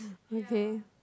okay